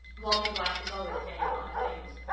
walter blythe was always saying odd things.